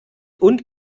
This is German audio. und